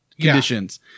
conditions